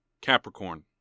Capricorn